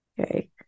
Okay